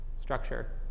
structure